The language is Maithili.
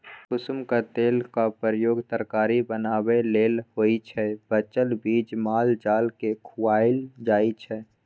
कुसुमक तेलक प्रयोग तरकारी बनेबा लेल होइ छै बचल चीज माल जालकेँ खुआएल जाइ छै